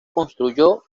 construyó